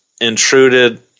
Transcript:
intruded